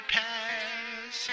pass